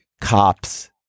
cops